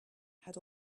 had